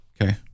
Okay